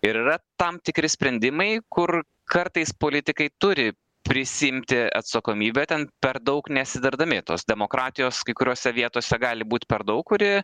ir yra tam tikri sprendimai kur kartais politikai turi prisiimti atsakomybę ten per daug nesitardami tos demokratijos kai kuriose vietose gali būt per daug kuri